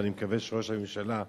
ואני מקווה שראש הממשלה,